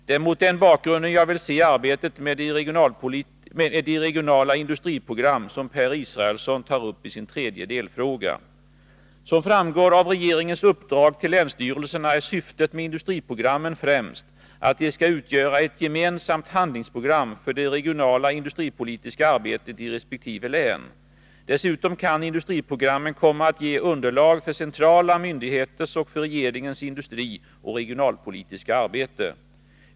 Det är mot den bakgrunden jag vill se arbetet med de regionala industriprogram som Per Israelsson tar upp i sin tredje delfråga. Som framgår av regeringens uppdrag till länsstyrelserna är syftet med industriprogrammen främst att de skall utgöra ett gemensamt handlingsprogram för det regionala industripolitiska arbetet i resp. län. Dessutom kan industriprogrammen komma att ge underlag för centrala myndigheters och för regeringens industrioch regionalpolitiska arbete.